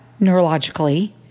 neurologically